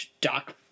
Doc